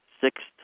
sixth